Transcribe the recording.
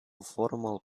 formal